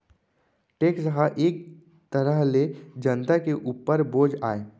tax ह एक तरह ले जनता के उपर बोझ आय